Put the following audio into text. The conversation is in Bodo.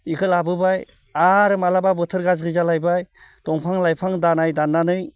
इखो लाबोबाय आरो माब्लाबा बोथोर गाज्रि जालायबाय दंफां लाइफां दालाय दाननानै